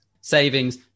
Savings